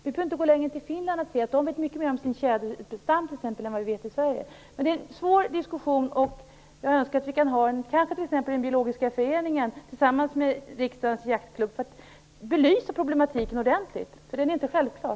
Vi behöver inte gå längre än till Finland för att se att de vet mycket mer om sin tjäderstam t.ex. än vad vi gör i Sverige. Detta är en svår diskussion. Jag skulle önska att vi kunde föra den t.ex. i Biologiska föreningen tillsammans med Riksdagens jaktklubb för att få problematiken ordentligt belyst, för den är inte självklar.